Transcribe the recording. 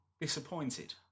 disappointed